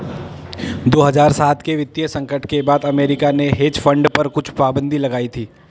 दो हज़ार सात के वित्तीय संकट के बाद अमेरिका ने हेज फंड पर कुछ पाबन्दी लगाई थी